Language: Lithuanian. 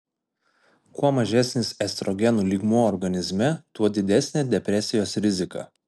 kuo mažesnis estrogenų lygmuo organizme tuo didesnė depresijos rizika